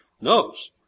knows